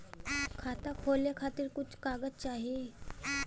खाता खोले के खातिर कुछ कागज चाही?